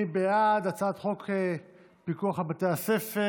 מי בעד הצעת חוק הפיקוח על בתי הספר?